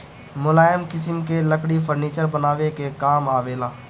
मुलायम किसिम के लकड़ी फर्नीचर बनावे के काम आवेला